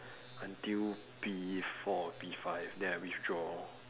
until p four or p five then I withdraw